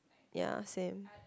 ya same